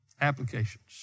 Applications